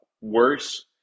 worse